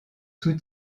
sous